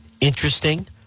Interesting